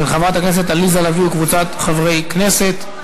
של חברת הכנסת עליזה לביא וקבוצת חברי כנסת.